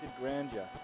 grandeur